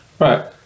Right